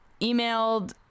emailed